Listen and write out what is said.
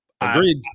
agreed